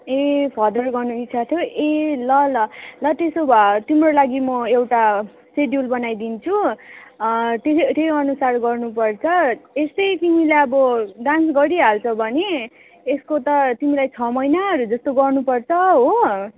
ए further गर्ने इच्छा थियो ए ल ल ल त्यसो भए तिम्रो लागि म एउटा सेड्युल बनाइदिन्छु त्यसै त्यही अनुसार गर्नुपर्छ यस्तै तिमीलाई अब डान्स गरिहाल्छौ भने यसको त तिमीलाई छ महिनाहरू जस्तो गर्नुपर्छ हो